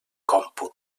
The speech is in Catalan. còmput